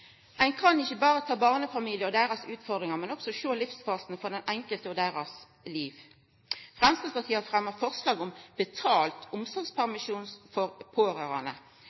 Ein kan ikkje berre ta barnefamiliar og deira utfordringar, men også sjå på livsfasen til den enkelte og hans eller hennar liv. Framstegspartiet har fremma forslag om betalt omsorgspermisjon for pårørande,